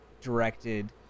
directed